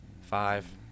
Five